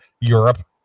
Europe